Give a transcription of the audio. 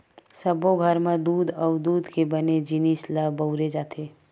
सब्बो घर म दूद अउ दूद के बने जिनिस ल बउरे जाथे